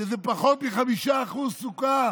שזה פחות מ-5% סוכר.